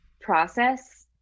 process